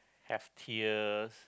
have tears